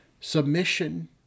Submission